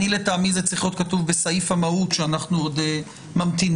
לטעמי זה צריך להיות כתוב בסעיף המהות שאנחנו עוד ממתינים.